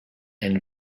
and